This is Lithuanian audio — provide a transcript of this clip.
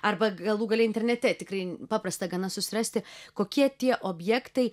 arba galų gale internete tikrai paprasta gana susirasti kokie tie objektai